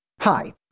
Hi